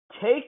Take